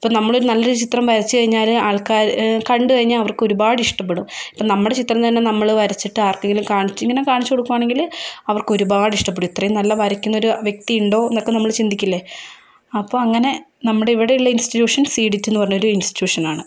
ഇപ്പോൾ നമ്മളൊരു നല്ല ചിത്രം വരച്ച് കഴിഞ്ഞാൽ ആൾക്കാര് കണ്ട് കഴിഞ്ഞാൽ അവർക്ക് ഒരുപാട് ഇഷ്ടപ്പെടും ഇപ്പോൾ നമ്മുടെ ചിത്രം തന്നെ നമ്മൾ വരച്ചിട്ട് ആർക്കെങ്കിലും കാണിച്ച് ഇങ്ങനെ കാണിച്ച് കൊടുക്കുകയാണെങ്കിൽ അവർക്ക് ഒരുപാട് ഇഷ്ടപ്പെടും ഇത്രയും നല്ല വരയ്ക്കുന്നൊരു വ്യക്തി ഉണ്ടോയെന്നൊക്കെ നമ്മൾ ചിന്തിക്കില്ലേ അപ്പോൾ അങ്ങനെ നമ്മുടെ ഇവിടെ ഉള്ള ഇൻസ്റ്റിട്യൂഷൻ സീഡിറ്റ് എന്നു പറഞ്ഞൊരു ഇൻസ്റ്റിട്യൂഷൻ ആണ്